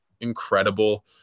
incredible